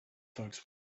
folks